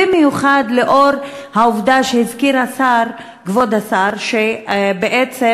במיוחד לנוכח העובדה שהזכיר כבוד השר שבעצם